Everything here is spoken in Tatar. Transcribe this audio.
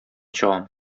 чыгам